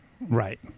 right